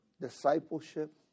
Discipleship